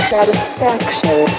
Satisfaction